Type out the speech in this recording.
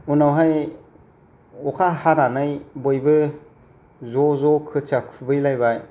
उनावहाय अखा हागानाय बयबो ज' ज' खोथिया खुबैलायबाय